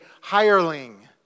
hireling